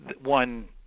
One